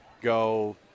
go